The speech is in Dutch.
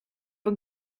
een